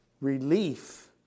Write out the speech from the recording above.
relief